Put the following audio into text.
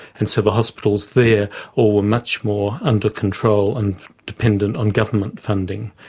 and so the hospitals there all were much more under control and dependent on government funding.